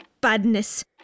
badness